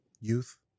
youth